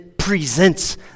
presents